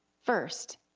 first,